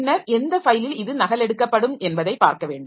பின்னர் எந்த ஃபைலில் இது நகலெடுக்கப்படும் என்பதை பார்க்க வேண்டும்